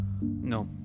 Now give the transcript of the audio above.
No